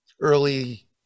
early